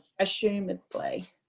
assumedly